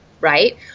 right